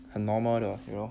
很 normal 的 you know